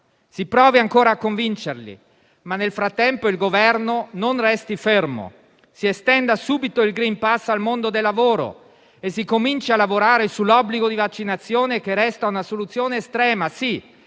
Si provi ancora a convincerli; ma nel frattempo il Governo non resti fermo. Si estenda subito il *green pass* al mondo del lavoro e si cominci a lavorare sull'obbligo di vaccinazione che resta, sì, una soluzione estrema, ma